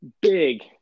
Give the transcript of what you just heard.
big